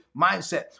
mindset